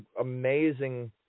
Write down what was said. amazing